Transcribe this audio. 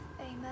amen